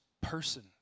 person